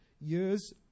years